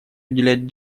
уделять